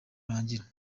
urangira